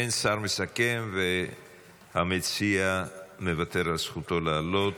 אין שר מסכם והמציע מוותר על זכותו לעלות.